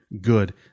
good